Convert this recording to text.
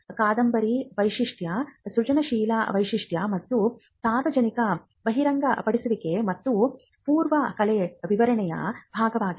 ಕಾದಂಬರಿ ವೈಶಿಷ್ಟ್ಯ ಸೃಜನಶೀಲ ವೈಶಿಷ್ಟ್ಯ ಮತ್ತು ಸಾರ್ವಜನಿಕ ಬಹಿರಂಗಪಡಿಸುವಿಕೆ ಮತ್ತು ಪೂರ್ವ ಕಲೆ ವಿವರಣೆಯ ಭಾಗವಾಗಿದೆ